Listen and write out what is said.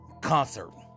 concert